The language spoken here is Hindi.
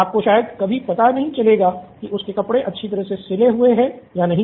आपको शायद कभी पता नहीं चलेगा कि उसके कपड़े अच्छी तरह से सिले हुए हैं या नहीं